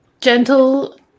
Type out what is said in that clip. gentle